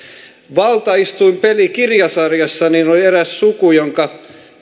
valtaistuinpeli kirjasarjassa oli eräs suku jonka